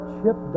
Chip